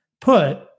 put